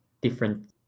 different